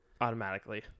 Automatically